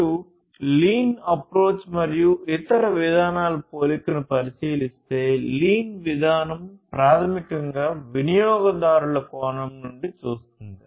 మీరు lean approach మరియు ఇతర విధానాల పోలికను పరిశీలిస్తే లీన్ విధానం ప్రాథమికంగా వినియోగదారుల కోణం నుండి చూస్తాయి